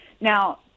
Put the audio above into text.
Now